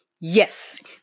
Yes